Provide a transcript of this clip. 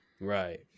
Right